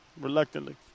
reluctantly